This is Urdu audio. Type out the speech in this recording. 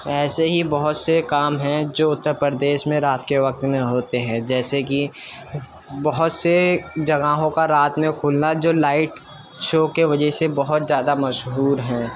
ایسے ہی بہت سے کام ہیں جو اتر پردیش میں رات کے وقت میں ہوتے ہیں جیسے کہ بہت سے جگہوں کا رات میں کھلنا جو لائٹ شو کے وجہ سے بہت زیادہ مشہور ہیں